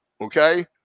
Okay